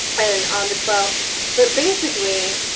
and on the twelfth but basically,